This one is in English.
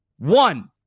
One